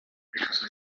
because